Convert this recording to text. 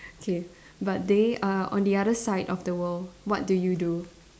okay but they are on the other side of the world what do you do